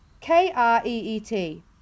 K-R-E-E-T